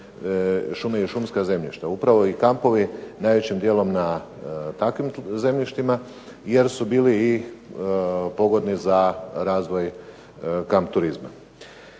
šume i šumska zemljišta, upravo i kampovi najvećim djelom na takvim zemljištima jer su bili pogodni za razvoj kamp turizma.